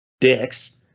Dicks